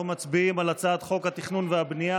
אנחנו מצביעים על הצעת חוק התכנון והבנייה